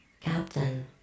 Captain